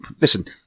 listen